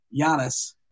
Giannis